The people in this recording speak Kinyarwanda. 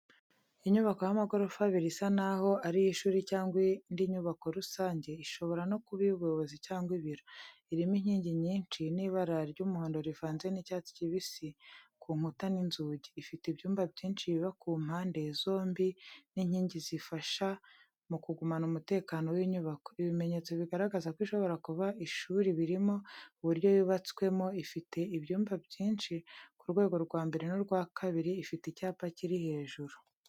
Inyubako y’amagorofa abiri, isa n’aho ari iy’ishuri cyangwa indi nyubako rusange, ishobora no kuba iy’ubuyobozi cyangwa ibiro. Irimo inkingi nyinshi n'ibara ry’umuhondo rivanze n’icyatsi kibisi ku nkuta n’inzugi. Ifite ibyumba byinshi biba ku mpande zombi n’inkingi zifasha mu kugumana umutekano w’inyubako. Ibimenyetso bigaragaza ko ishobora kuba ishuri birimo: Uburyo yubatswemo: ifite ibyumba byinshi ku rwego rwa mbere n’urwa kabiri. Ifite icyapa kiri hejuru,